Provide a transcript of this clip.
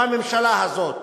בממשלה הזאת,